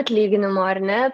atlyginimo ar ne